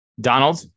Donald